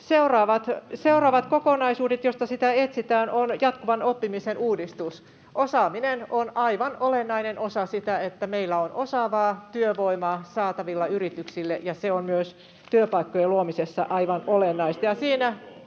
Seuraava kokonaisuus, josta sitä etsitään, on jatkuvan oppimisen uudistus. Osaaminen on aivan olennainen osa sitä, että meillä on osaavaa työvoimaa saatavilla yrityksille, ja se on myös työpaikkojen luomisessa aivan olennaista.